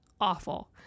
awful